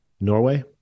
Norway